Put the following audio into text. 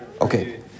Okay